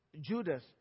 Judas